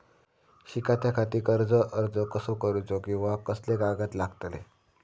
शिकाच्याखाती कर्ज अर्ज कसो करुचो कीवा कसले कागद लागतले?